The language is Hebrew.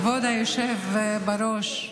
כבוד היושב בראש,